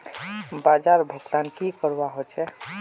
बाजार भुगतान की करवा होचे?